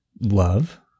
love